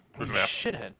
shithead